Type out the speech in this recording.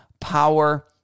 Power